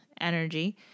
energy